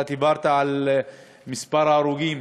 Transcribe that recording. אתה דיברת על מספר ההרוגים.